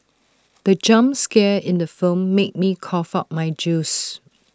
the jump scare in the film made me cough out my juice